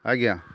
ଆଜ୍ଞା